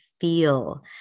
feel